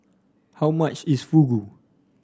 how much is Fugu